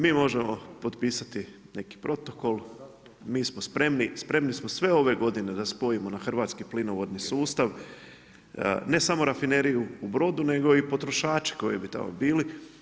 Mi možemo potpisati neki protokol, mi smo spremni, spremni smo sve ove godine da spojimo na Hrvatski plinovodni sustav, ne samo rafineriju u Brodu, nego i potrošači koji bi tamo bili.